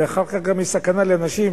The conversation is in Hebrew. ואחר כך יש גם סכנה לאנשים,